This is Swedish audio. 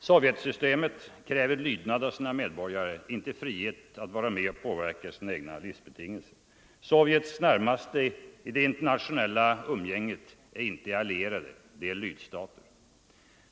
Sovjetsystemet kräver lydnad av sina medborgare, inte frihet att vara med och påverka sina egna livsbetingelser. Sovjets närmaste i det internationella umgänget är inte allierade, de är lydstater.